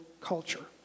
culture